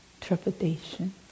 trepidation